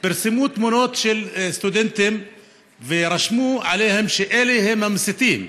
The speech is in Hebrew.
פרסמו תמונות של סטודנטים ורשמו עליהן שאלה המסיתים.